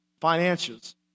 finances